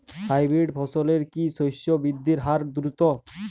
Hybrid ফসলের কি শস্য বৃদ্ধির হার দ্রুত?